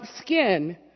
skin